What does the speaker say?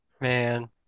Man